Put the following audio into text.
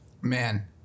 Man